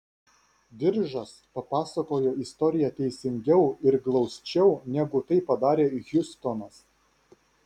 diržas papasakojo istoriją teisingiau ir glausčiau negu tai padarė hjustonas